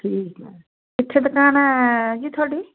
ਠੀਕ ਹੈ ਕਿੱਥੇ ਦੁਕਾਨ ਹੈ ਜੀ ਤੁਹਾਡੀ